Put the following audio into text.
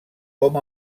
com